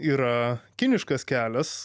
yra kiniškas kelias